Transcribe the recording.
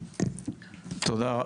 תודה.